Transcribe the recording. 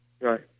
Right